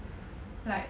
like